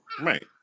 right